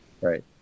Right